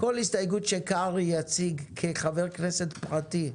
כל הסתייגות שקרעי יציג היא כחבר כנסת פרטי.